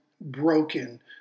broken